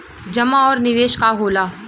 जमा और निवेश का होला?